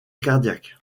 cardiaque